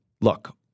look